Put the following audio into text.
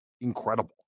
incredible